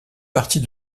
partie